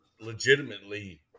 legitimately